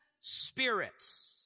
spirits